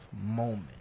moment